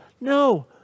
No